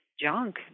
junk